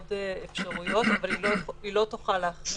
עוד אפשרויות אבל היא לא תוכל להחמיר.